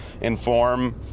inform